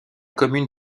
commune